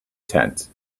tent